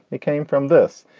it came from this.